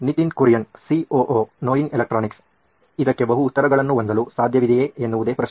Nitin Kurian COO ನೋಯಿನ್ electronics ಇದಕ್ಕೆ ಬಹು ಉತ್ತರಗಳನ್ನು ಹೊಂದಲು ಸಾಧ್ಯವಿದೆಯೇ ಎನ್ನುವುದೇ ಪ್ರಶ್ನೆ